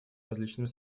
различными